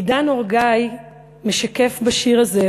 אידן אור-גיא משקף בשיר הזה,